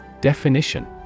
Definition